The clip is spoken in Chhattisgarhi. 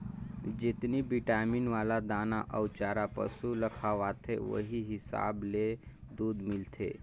जेतनी बिटामिन वाला दाना अउ चारा पसु ल खवाथे ओहि हिसाब ले दूद मिलथे